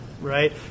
right